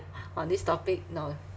on this topic no